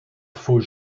faux